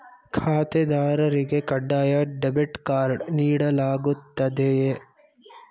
ಖಾತೆದಾರರಿಗೆ ಕಡ್ಡಾಯ debit card ನೀಡಲಾಗುತ್ತದೆಯೇ?